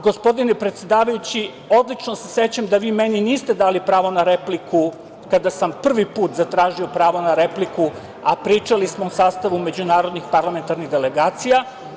Gospodine predsedavajući odlično se sećam da vi meni niste dali pravo na repliku kada sam prvi put zatražio pravo na repliku, a pričalu smo o sastavu međunarodnih parlamentarnih organizacija.